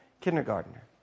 kindergartner